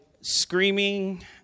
screaming